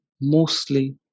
mostly